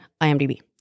IMDb